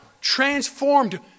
transformed